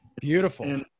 Beautiful